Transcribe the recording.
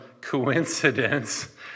coincidence